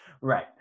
right